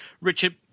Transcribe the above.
Richard